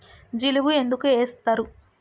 జిలుగు ఎందుకు ఏస్తరు?